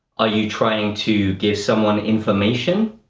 are you trying to give someone information?